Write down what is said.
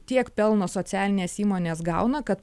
tiek pelno socialinės įmonės gauna kad